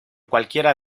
cualquiera